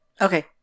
Okay